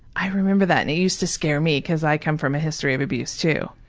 i remember that and it used to scare me because i come from a history of abuse too.